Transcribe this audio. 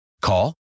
Call